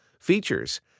features